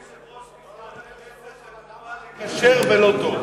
היושב-ראש, מזנון הכנסת זה דוגמה לכשר ולא טוב.